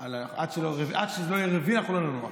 עד שזה לא יהיה רביעי אנחנו לא ננוח.